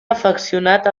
afeccionat